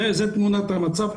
זאת תמונת המצב.